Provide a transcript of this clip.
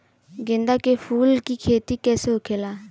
गेंदा के फूल की खेती कैसे होखेला?